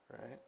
right